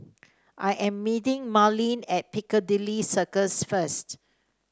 I am meeting Merlene at Piccadilly Circus first